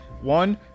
One